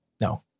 No